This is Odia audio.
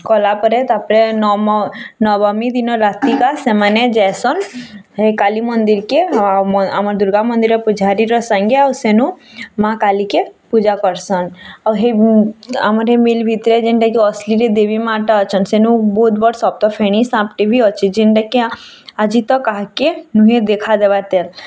କଲାପରେ ତାପରେ ନମ ନବମୀ ଦିନ୍ ରାତିଟା ସେମାନେ ଯାଏସନ ହେଇ କାଲି ମନ୍ଦିର୍କେ ଆମର୍ ଦୁର୍ଗା ମନ୍ଦିର୍ ପୂଜାରୀର ସାଙ୍ଗେ ଆର୍ ସେନୁ ମାଆ କାଲି କେ ପୂଜା କର୍ସନ୍ ଆଉ ହେଇ ଆମର୍ ଏ ମିଲ୍ ଭିତରେ ଯେନ୍ଟା କି ଅସଲିରେ ଦେବୀ ମାଆ ଟା ଅଛନ୍ ସେନୁ ବହୁତ ବଡ଼ ସପ୍ତ ଫେଣି ସାପଟେ ବି ଅଛି ଯେନ୍ଟା କି ଆଜି ତ କାହାକେ ନୁହେଁ ଦେଖା ଦେବାର୍ ତେ